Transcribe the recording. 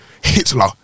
Hitler